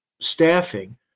staffing